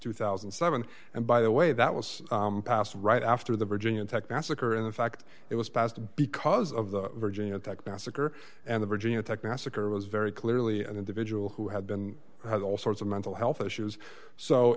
two thousand and seven and by the way that was passed right after the virginia tech massacre and in fact it was passed because of the virginia tech massacre and the virginia tech massacre was very clearly an individual who had been had all sorts of mental health issues so